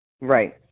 Right